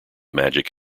magic